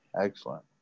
Excellent